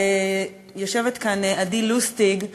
יושבת כאן עדי לוסטיג,